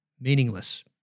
meaningless